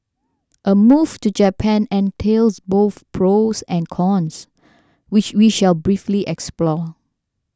a move to Japan entails both pros and cons which we shall briefly explore